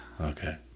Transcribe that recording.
Okay